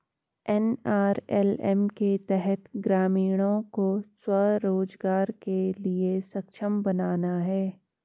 NRLM के तहत ग्रामीणों को स्व रोजगार के लिए सक्षम बनाना है